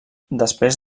després